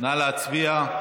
נא להצביע.